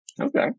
Okay